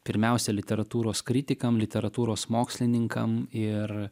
pirmiausia literatūros kritikam literatūros mokslininkam ir